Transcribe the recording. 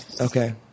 Okay